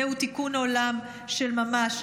זהו תיקון עולם של ממש,